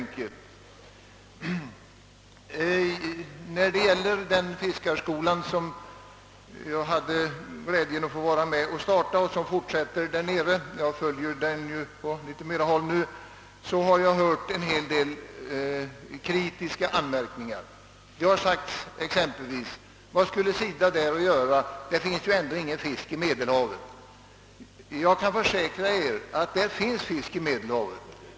När det gäller den fiskarskola som jag hade glädjen att vara med om att starta och som fortsätter där nere — jag följer den på håll nu — har jag hört en hel del kritiska anmärkningar. Det har sagts exempelvis: »Vad hade SIDA där att göra? Det finns ändå ingen fisk i Medelhavet.» Jag kan försäkra er att det finns fisk i Medelhavet.